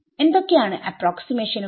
എന്തൊക്കെയാണ് അപ്രോക്സിമേഷനുകൾ